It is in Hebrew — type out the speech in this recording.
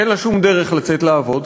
אין לה שום דרך לצאת לעבוד,